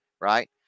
right